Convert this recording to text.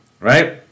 right